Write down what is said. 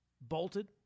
bolted